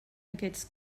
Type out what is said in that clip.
aquests